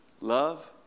Love